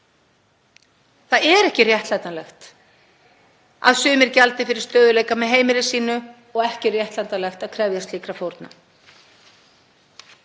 Það er ekki réttlætanlegt að sumir gjaldi fyrir stöðugleika með heimili sínu og ekki réttlætanlegt að krefjast slíkra fórna.